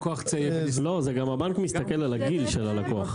לא, הבנק מסתכל גם על הגיל של הלקוח.